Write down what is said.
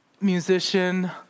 musician